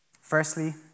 Firstly